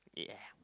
yeah